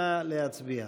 נא להצביע.